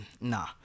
nah